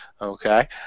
okay